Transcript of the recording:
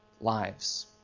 lives